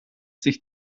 sich